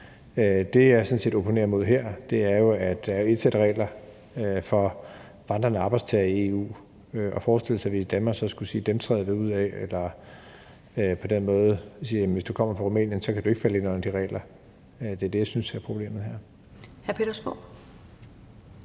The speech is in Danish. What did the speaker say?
Det, jeg sådan set opponerer mod her, er jo, at der er et sæt regler for vandrende arbejdstagere i EU. Så det, at vi i Danmark så skulle sige, at dem træder vi ud af, eller sige, at hvis man kommer fra Rumænien, falder man ikke ind under de regler, er det, jeg synes er problemet her.